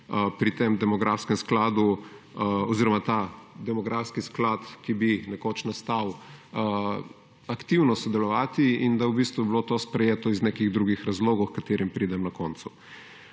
pri tem demografskem skladu oziroma ta demografski sklad, ki bi nekoč nastal, aktivno sodelovati, in da v bistvu bi bilo to sprejeto iz nekih drugih razlogov h katerim pridem na koncu.